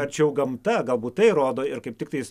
arčiau gamta galbūt tai rodo ir kaip tiktais